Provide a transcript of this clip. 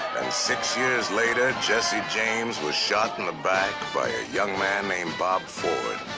and six years later jesse james was shot in the back by a young man named bob ford.